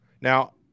Now